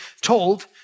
told